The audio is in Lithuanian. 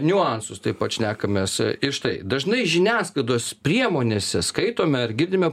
niuansus taip pat šnekamės ir štai dažnai žiniasklaidos priemonėse skaitome ar girdime